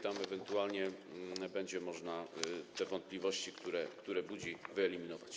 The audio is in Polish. Tam ewentualnie będzie można wątpliwości, które budzi, wyeliminować.